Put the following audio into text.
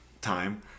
Time